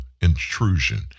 intrusion